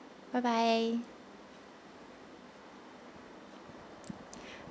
bye bye